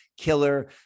killer